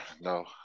No